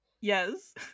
Yes